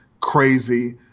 crazy